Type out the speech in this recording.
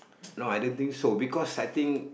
no I don't think so because I think